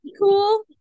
cool